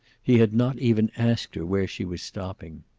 he had not even asked her where she was stopping.